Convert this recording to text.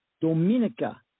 Dominica